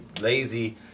lazy